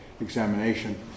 examination